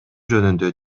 жөнүндө